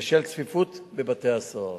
בשל צפיפות בבתי-הסוהר.